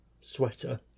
sweater